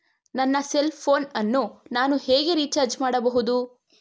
ನನ್ನ cell phone ಅನ್ನು ನಾನು ಹೇಗೆ ರಿಚಾರ್ಜ್ ಮಾಡಬಹುದು?